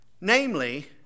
Namely